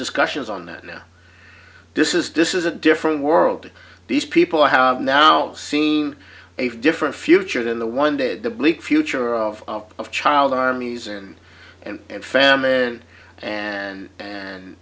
discussions on that now this is this is a different world these people have now seen a different future than the one did the bleak future of of child armies and and famine and and